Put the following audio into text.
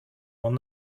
will